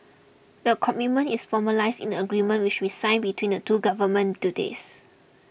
the commitment is formalised in the agreement which we signed between the two governments today's